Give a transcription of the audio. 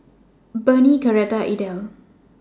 Burney Coretta and Idell